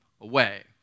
away